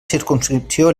circumscripció